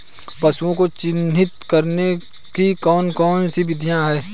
पशुओं को चिन्हित करने की कौन कौन सी विधियां हैं?